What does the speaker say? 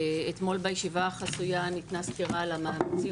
אתמול בישיבה החסויה ניתנה סקירה על המאמצים